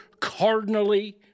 cardinally